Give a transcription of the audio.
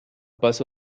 pasó